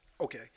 Okay